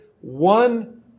one